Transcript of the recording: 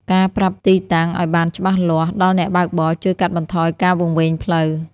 ការប្រាប់ទីតាំងឱ្យបានច្បាស់លាស់ដល់អ្នកបើកបរ ជួយកាត់បន្ថយការវង្វេងផ្លូវ។